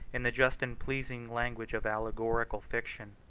in the just and pleasing language of allegorical fiction.